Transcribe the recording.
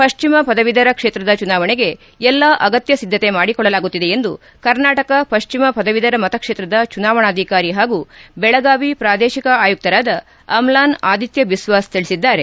ಪಶ್ಚಿಮ ಪದವೀಧರ ಕ್ಷೇತ್ರದ ಚುನಾವಣೆಗೆ ಎಲ್ಲಾ ಅಗತ್ಯ ಸಿದ್ದತೆ ಮಾಡಿಕೊಳ್ಳಲಾಗುತ್ತಿದೆ ಎಂದು ಕರ್ನಾಟಕ ಪಶ್ಚಿಮ ಪದವೀಧರ ಮತಕ್ಷೇತ್ರದ ಚುನಾವಣಾಧಿಕಾರಿ ಹಾಗೂ ಬೆಳಗಾವಿ ಪ್ರಾದೇಶಕ ಆಯುತ್ತರಾದ ಅಮ್ಜಾನ್ ಆದಿತ್ತ ಬಿಸ್ನಾಸ್ ತಿಳಿಸಿದ್ದಾರೆ